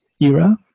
era